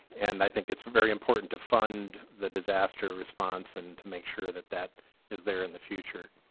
and i think it's very important to fund the disaster response and to make sure that that is there in the future.